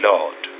Lord